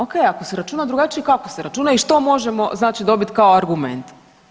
O.k. ako se računa drugačije kako se računa i što možemo znači dobiti kao argument.